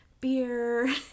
beer